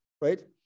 right